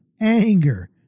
anger